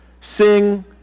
sing